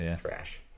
Trash